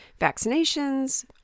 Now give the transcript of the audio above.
vaccinations